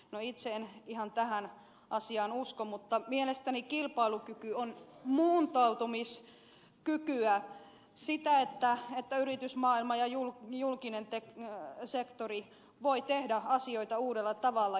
no itse en ihan tähän asiaan usko mutta mielestäni kilpailukyky on muuntautumiskykyä sitä että yritysmaailma ja julkinen sektori voivat tehdä asioita uudella tavalla